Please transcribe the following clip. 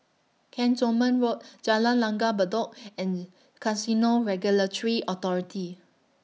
Cantonment Road Jalan Langgar Bedok and Casino Regulatory Authority